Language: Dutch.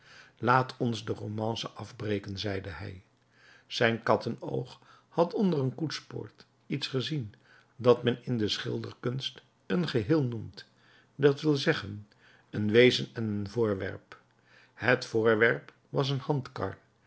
laat ons de romance afbreken zeide hij zijn kattenoog had onder een koetspoort iets gezien dat men in de schilderkunst een geheel noemt dat wil zeggen een wezen en een voorwerp het voorwerp was een handkar